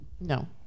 no